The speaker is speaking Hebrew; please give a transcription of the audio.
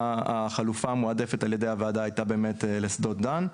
החלופה המועדפת על ידי הוועדה הייתה באמת לשדות דן,